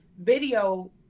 video